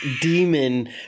demon